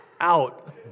out